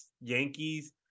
Yankees